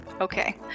Okay